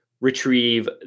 retrieve